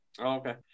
Okay